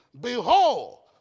behold